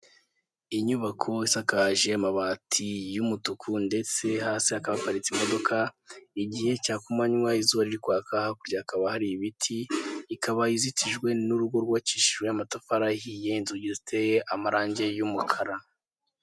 Imodoka ihetse umuntu inyuma iri mu muhanda iragenda, n'abanyamaguru mu nkengero ndetse n'ibiti birebire mu nkengero; hari ahantu hapfutswe wagirango bari kubaka.